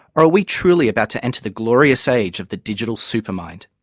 or are we truly about to enter the glorious age of the digital super mind?